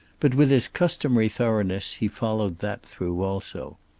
but, with his customary thoroughness he followed that through also.